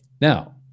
now